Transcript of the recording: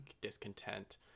discontent